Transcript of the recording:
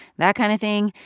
that kind of thing.